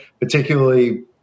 particularly